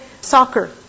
soccer